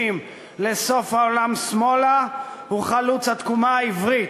לסוף העולם שמאלה הוא חלוץ התקומה העברית,